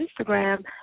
Instagram